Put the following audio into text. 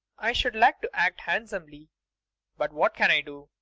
i should like to act hand somely but what can i do?